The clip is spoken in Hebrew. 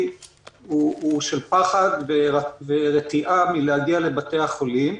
הוא של פחד ורתיעה מלהגיע לבתיי החולים.